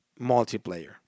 multiplayer